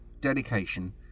dedication